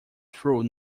through